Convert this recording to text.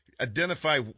identify